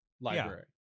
library